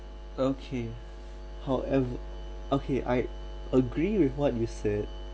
okay however okay I agree with what you said